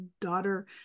daughter